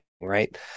right